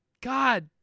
God